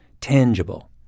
tangible